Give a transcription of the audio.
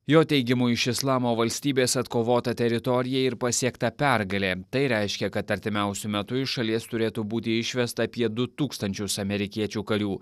jo teigimu iš islamo valstybės atkovota teritorija ir pasiekta pergalė tai reiškia kad artimiausiu metu iš šalies turėtų būti išvesta apie du tūkstančius amerikiečių karių